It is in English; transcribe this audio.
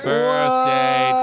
Birthday